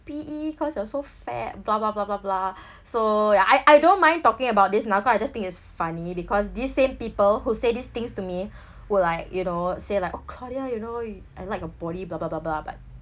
P_E cause you're so fat blah blah blah blah blah so yeah I I don't mind talking about this now cause I just think it's funny because these same people who say these things to me will like you know say like oh claudia you know I like your body blah blah blah blah but